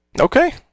okay